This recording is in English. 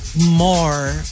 more